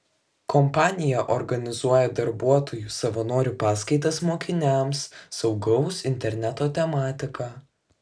kompanija organizuoja darbuotojų savanorių paskaitas mokiniams saugaus interneto tematika